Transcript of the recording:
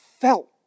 felt